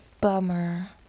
Bummer